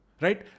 Right